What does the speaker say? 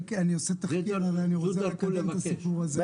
אני עושה תחקיר אז אני רוצה לקדם את הסיפור הזה.